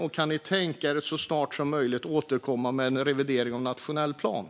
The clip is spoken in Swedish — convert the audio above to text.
Och kan ni tänka er att så snart som möjligt återkomma med en revidering av den nationella planen?